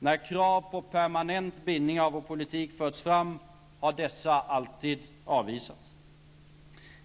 När krav på permanent bindning av vår politik förts fram har dessa alltid avvisats.